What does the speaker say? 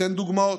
אתן דוגמאות.